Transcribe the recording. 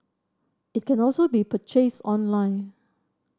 it can also be purchased online